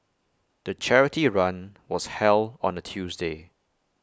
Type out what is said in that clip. the charity run was held on A Tuesday